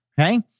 Okay